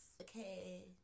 Okay